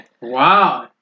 Wow